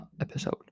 episode